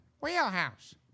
Wheelhouse